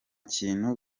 kintu